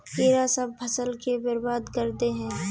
कीड़ा सब फ़सल के बर्बाद कर दे है?